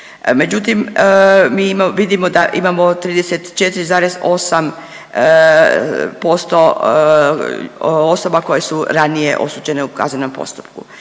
Međutim, mi imamo, vidimo da imamo 34,8% osoba koje su ranije osuđene u kaznenom postupku.